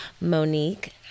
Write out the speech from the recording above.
Monique